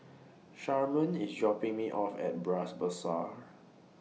Sharman IS dropping Me off At Bras Basah